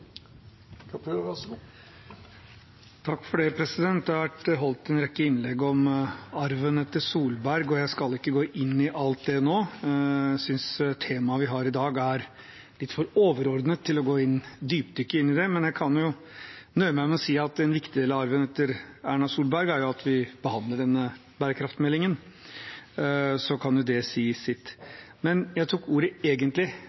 Det har vært holdt en rekke innlegg om arven etter Solberg, og jeg skal ikke gå inn i alt det nå. Jeg synes temaet vi har i dag, er litt for overordnet til å dypdykke i det. Jeg kan nøye meg med å si at en viktig del av arven etter Erna Solberg er at vi behandler denne bærekraftsmeldingen, og så kan det si sitt. Jeg tok egentlig